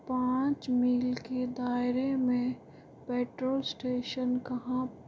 पाँच मील के दायरे में पेट्रोल स्टेशन कहाँ